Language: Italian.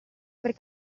per